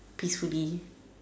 peacefully